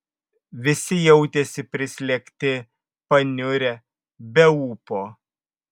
visi jautėsi prislėgti paniurę be ūpo